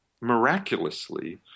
miraculously